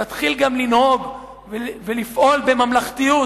תתחיל גם לנהוג ולפעול בממלכתיות,